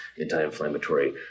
anti-inflammatory